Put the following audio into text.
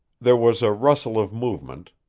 there was a rustle of movement,